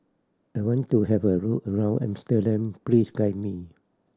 I want to have a look around Amsterdam please guide me